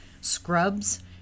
scrubs